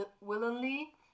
willingly